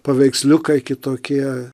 paveiksliukai kitokie